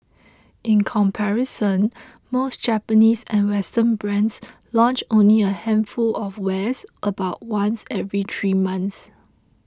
in comparison most Japanese and Western brands launch only a handful of wares about once every three months